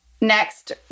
next